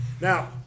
Now –